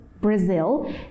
Brazil